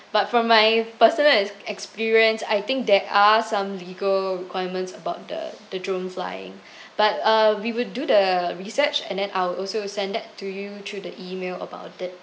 but from my personal ex~ experience I think there are some legal requirements about the the drone flying but uh we will do the research and then I will also send that to you through the email about it